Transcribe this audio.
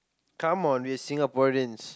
come on we're Singaporeans